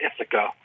Ithaca